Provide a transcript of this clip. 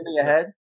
ahead